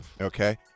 Okay